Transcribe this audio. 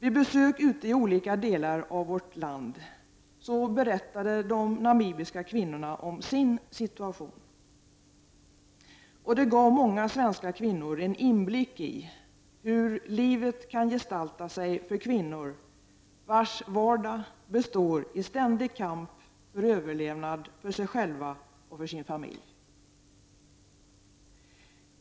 Vid besök ute i olika delar av vårt land berättade de namibiska kvinnorna om sin situation. Det gav många svenska kvinnor en inblick i hur livet kan gestalta sig för kvinnor vars vardag består i ständig kamp för överlevnad för sig själva och sin familj.